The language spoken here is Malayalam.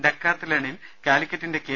ഡെക്കാത്ത്ലണിൽ കാലിക്കറ്റിന്റെ കെ